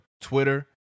Twitter